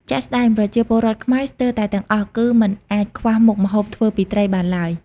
ជាក់ស្តែង ប្រជាពលរដ្ឋខ្មែរស្ទើរតែទាំងអស់ គឺមិនអាចខ្វះមុខម្ហូបធ្វើពីត្រីបានឡើយ។